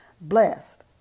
Blessed